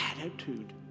attitude